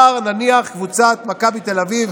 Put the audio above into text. נניח שמחר קבוצת מכבי תל אביב,